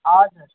हजुर